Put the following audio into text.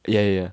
ya ya